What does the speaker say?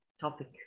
topic